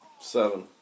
Seven